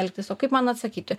elgtis o kaip man atsakyti